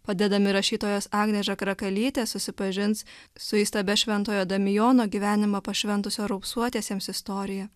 padedami rašytojos agnės žagrakalytės susipažins su įstabia šventojo damijono gyvenimą pašventusio raupsuotiesiems istorija